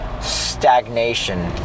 stagnation